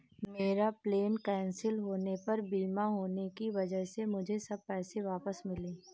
मेरा plane cancel होने पर बीमा होने की वजह से मुझे सब पैसे वापस मिले